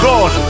God